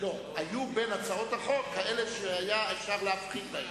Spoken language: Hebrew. היו בין הצעות החוק הצעות שהיה אפשר להבחין בהן,